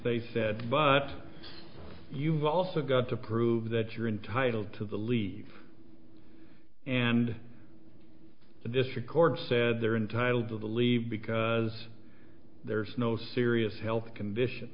they said but you've also got to prove that you're entitled to the lead and this record said they're entitled to leave because there's no serious health condition